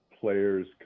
player's